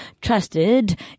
trusted